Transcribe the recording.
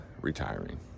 retiring